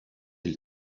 ils